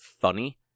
funny